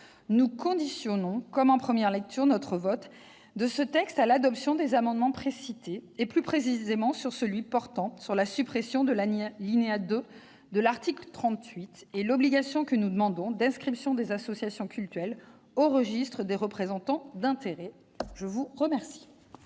Nous conditionnons, comme en première lecture, notre vote à l'adoption des amendements précités et, plus précisément, de celui qui porte sur la suppression de l'alinéa 2 de l'article 38 et l'obligation d'inscription des associations cultuelles au registre des représentants d'intérêts que nous demandons.